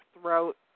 throat